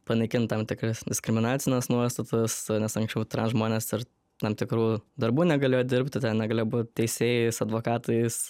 panaikint tam tikras diskriminacines nuostatas nes anksčiau transžmonės ir tam tikrų darbų negalėjo dirbti ten negalėjo būt teisėjais advokatais